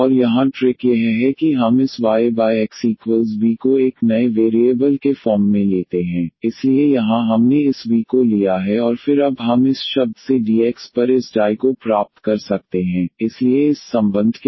और यहाँ ट्रिक यह है कि हम इस yxv को एक नए वेरिएबल के फॉर्म में लेते हैं इसलिए यहाँ हमने इस v को लिया है और फिर अब हम इस शब्द से dx पर इस डाई को प्राप्त कर सकते हैं इसलिए इस संबंध के मूल फॉर्म से y xv हैं